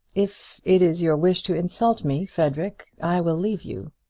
if it is your wish to insult me, frederic, i will leave you.